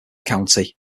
county